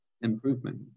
improvement